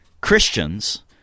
Christians